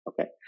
Okay